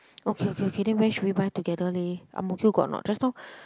okay okay okay then where should we buy together leh Ang-Mo-Kio got or not just now